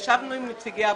ישבנו עם נציגי הבנקים.